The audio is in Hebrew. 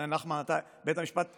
כי בית המשפט אמר: